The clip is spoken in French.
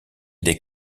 des